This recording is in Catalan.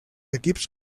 equips